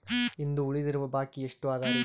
ಇಂದು ಉಳಿದಿರುವ ಬಾಕಿ ಎಷ್ಟು ಅದರಿ?